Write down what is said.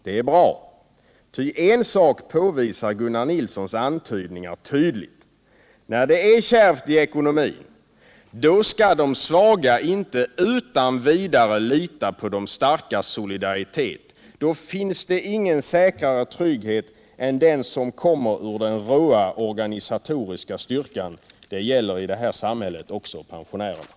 Det är bra — ty en sak påvisar Gunnar Nilssons antydningar tydligt: När det är kärvt i ekonomin, då skall de svaga inte utan vidare lita på de starkas solidaritet, då finns det ingen säkrare trygghet än den som kommer ur den råa organisatoriska styrkan — det gäller i det här samhället också pensionärerna.